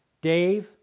Dave